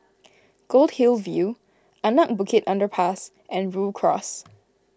Goldhill View Anak Bukit Underpass and Rhu Cross